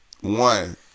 One